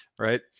right